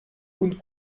und